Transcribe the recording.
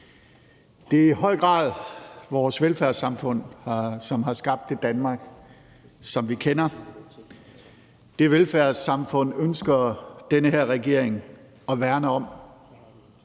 Det er i høj grad vores velfærdssamfund, som har skabt det Danmark, som vi kender. Det velfærdssamfund ønsker den her regering at værne om